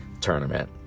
Tournament